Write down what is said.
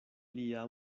lia